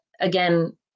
again